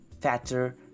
fatter